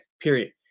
Period